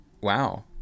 wow